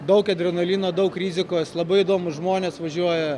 daug adrenalino daug rizikos labai įdomūs žmonės važiuoja